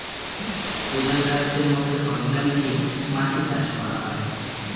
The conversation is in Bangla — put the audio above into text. কোদাল, কাস্তের মত সরঞ্জাম দিয়ে মাটি চাষ করা হয়